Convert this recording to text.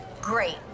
Great